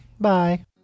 Bye